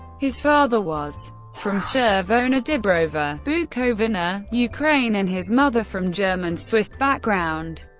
his father was from tshervona dibrova, bukovyna, ukraine and his mother from german-swiss background.